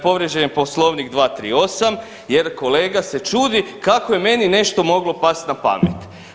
Povrijeđen je poslovnik 238. jer kolega se čudi kako je meni nešto moglo past na pamet.